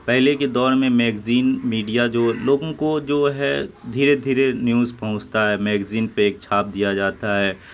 پہلے کے دور میں میگزین میڈیا جو لوگوں کو جو ہے دھیرے دھیرے نیوز پہنچتا ہے میگزین پہ ایک چھاپ دیا جاتا ہے